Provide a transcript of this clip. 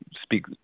speak